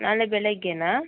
ನಾಳೆ ಬೆಳಿಗ್ಗೆನಾ